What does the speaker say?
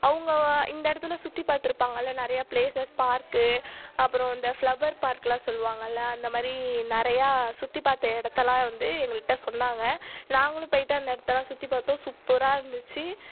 அவங்க இந்த இடத்துல சுற்றி பார்த்துருப்பாங்கல்ல நிறைய ப்ளேசஸ் பார்க்கு அப்புறம் இந்த ஃப்ளவர் பார்க்குலாம் சொல்லுவாங்கல்ல அந்த மாதிரி நிறையா சுற்றி பார்த்த இடத்தலாம் வந்து எங்ககிட்ட சொன்னாங்க நாங்களும் போயிட்டு அந்த இடத்தலாம் சுற்றி பார்த்தோம் சூப்பராக இருந்துச்சு